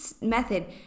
method